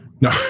no